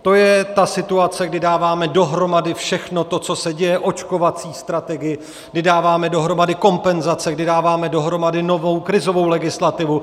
To je ta situace, kdy dáváme dohromady všechno to, co se děje, očkovací strategii, kdy dáváme dohromady kompenzace, kdy dáváme dohromady novou krizovou legislativu.